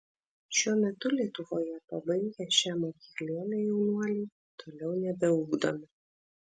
šiuo metu lietuvoje pabaigę šią mokyklėlę jaunuoliai toliau nebeugdomi